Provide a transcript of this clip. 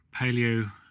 Paleo